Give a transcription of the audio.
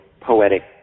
poetic